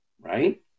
Right